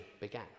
began